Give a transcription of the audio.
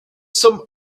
some